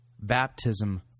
baptism